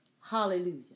Hallelujah